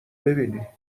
ببینی